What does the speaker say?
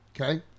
okay